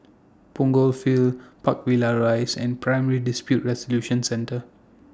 Punggol Field Park Villas Rise and Primary Dispute Resolution Centre